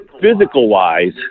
Physical-wise